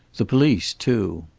the police, too.